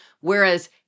Whereas